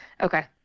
okay